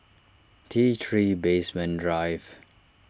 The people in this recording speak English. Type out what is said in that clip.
T three Basement Drive